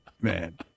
man